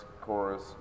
chorus